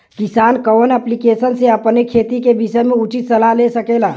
किसान कवन ऐप्लिकेशन से अपने खेती के विषय मे उचित सलाह ले सकेला?